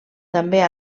també